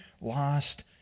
lost